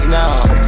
now